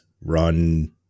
run